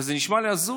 אבל זה נשמע לי הזוי,